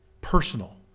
personal